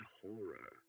horror